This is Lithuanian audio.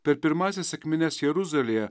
per pirmąsias sekmines jeruzalėje